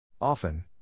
Often